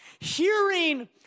Hearing